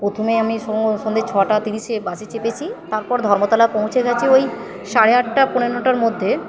প্রথমে আমি সন্ধে ছটা তিরিশে বাসে চেপেছি তারপর ধর্মতলা পৌঁছে গেছে ওই সাড়ে আটটা পোনে নটার মধ্যে